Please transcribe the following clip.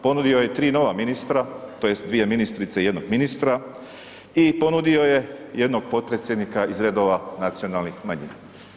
Ponudio je 3 nova ministra tj. 2 ministrice i 1 ministra i ponudio je jednog potpredsjednika iz redova nacionalnih manjina.